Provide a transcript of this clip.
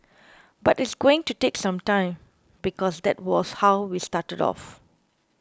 but it's going to take some time because that was how we started off